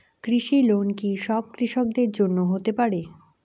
কৃষি লোন কি সব কৃষকদের জন্য হতে পারে?